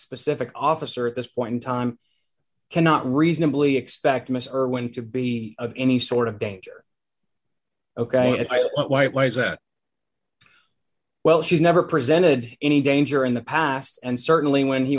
specific officer at this point in time cannot reasonably expect mr irwin to be of any sort of danger ok if i see white ways at well she's never presented any danger in the past and certainly when he